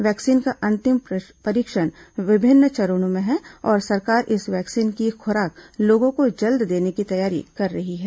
vaccine का अंतिम परीक्षण विभिन्न चरणों में है और सरकार इस वैक्सीन की खुराक लोगों को जल्द देने की तैयारी कर रही है